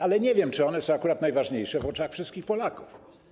Ale nie wiem, czy one są akurat najważniejsze w oczach wszystkich Polaków.